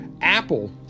Apple